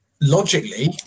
logically